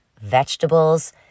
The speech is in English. vegetables